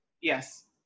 Yes